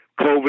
COVID